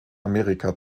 amerika